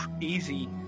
easy